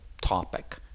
topic